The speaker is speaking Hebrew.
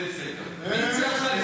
מי הציע לך?